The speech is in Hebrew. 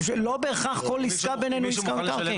לא בהכרח כל עסקה בנינו היא עסקה במקרקעין.